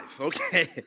okay